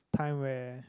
time where